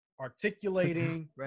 articulating